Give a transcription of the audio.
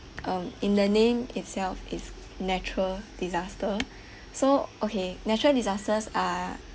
um in the name itself it's natural disaster so okay natural disasters are